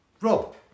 Rob